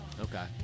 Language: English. Okay